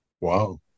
Wow